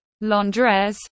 Londres